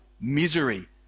misery